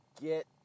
get